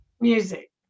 Music